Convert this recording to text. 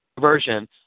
version